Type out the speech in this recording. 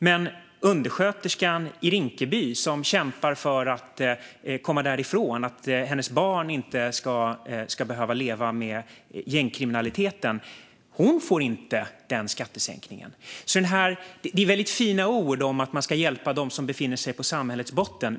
Men undersköterskan i Rinkeby som kämpar för att komma därifrån, för att hennes barn inte ska behöva leva med gängkriminaliteten, hon får inte den skattesänkningen. Det är fina ord om att man ska hjälpa dem som befinner sig på samhällets botten.